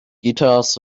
guitars